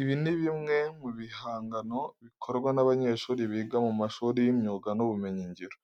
Ibi ni bimwe mu bihangano bikorwa n'abanyeshuri biga mu mashuri y'imyuga n'ubumenyingiro.